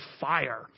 fire